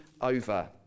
over